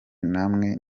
namwe